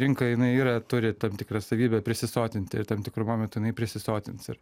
rinka jinai yra turi tam tikrą savybę prisisotinti ir tam tikru momentu jinai prisisotins ir